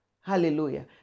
Hallelujah